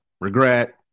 regret